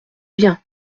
bien